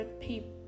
people